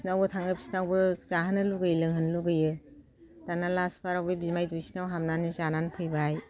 बिसिनाव थाङो बिसिनावबो जाहोनो लुबैयो लोंहोनो लुबैयो दाना लास्त बाराव बे बिमाय दुइसिननाव हाबनानै जानानै फैबाय